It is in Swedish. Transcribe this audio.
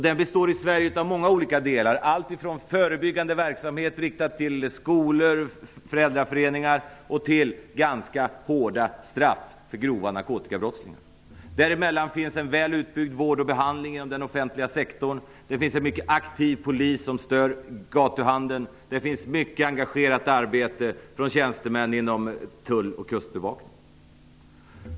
Den består i Sverige av många olika delar: alltifrån förebyggande verksamhet riktad till skolor och föräldraföreningar till ganska hårda straff för grova narkotikabrottslingar. Däremellan finns en väl utbyggd vård och behandling inom den offentliga sektorn. Det finns en mycket aktiv polis som stör gatuhandeln. Det finns mycket engagerat arbete från tjänstemän inom Tull och Kustbevakning.